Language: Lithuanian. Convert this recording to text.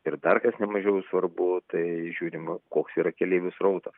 ir dar kas ne mažiau svarbu tai žiūrima koks yra keleivių srautas